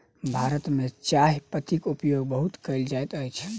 भारत में चाह पत्तीक उपयोग बहुत कयल जाइत अछि